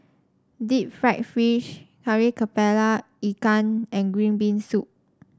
Deep Fried Fish Kari kepala Ikan and Green Bean Soup